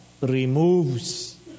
removes